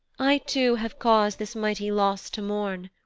i too have cause this mighty loss to mourn,